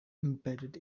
embedded